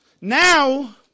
Now